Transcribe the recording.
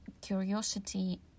Curiosity